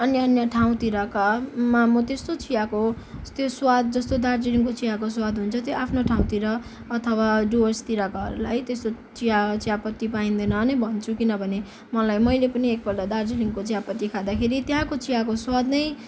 अन्य अन्य अन्य ठाउँतिरकामा म त्यस्तो चियाको त्यो स्वाद जस्तो दार्जिलिङको चियाको स्वाद हुन्छ त्यो आफ्नो ठाउँतिर अथवा डुवर्सतिरकाहरूलाई त्यस्तो चिया चियापत्ती पाइँदैन नै भन्छु किनभने मलाई मैले पनि एकपल्ट दार्जिलिङको चियापत्ती खाँदाखेरि त्यहाँको चियाको स्वाद नै